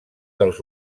dels